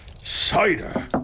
Cider